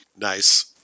Nice